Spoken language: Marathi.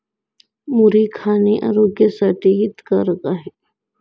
मुरी खाणे आरोग्यासाठी हितकारक आहे